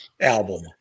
album